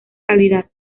calidad